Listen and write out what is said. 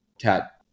Cat